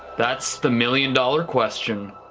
that's the million dollar question.